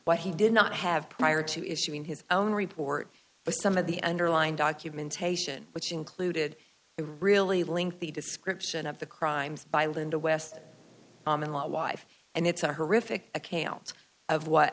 what he did not have prior to issuing his own report but some of the underlying documentation which included a really lengthy description of the crimes by linda west common law wife and it's a horrific a calles of what